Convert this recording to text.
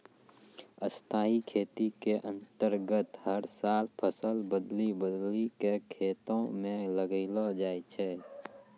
स्थाई खेती के अन्तर्गत हर साल फसल बदली बदली कॅ खेतों म लगैलो जाय छै